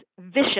vicious